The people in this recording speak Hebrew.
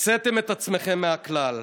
הוצאתם את עצמכם מהכלל.